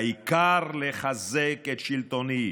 העיקר לחזק את שלטוני,